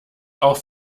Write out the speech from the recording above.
auch